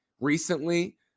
recently